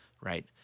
right